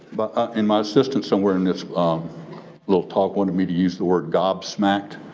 and my assistant somewhere in this um little talk wanted me to use the word gobsmacked.